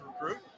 recruit